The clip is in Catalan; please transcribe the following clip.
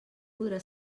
podrà